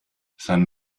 san